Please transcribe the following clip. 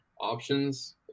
options